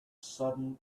sudden